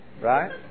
right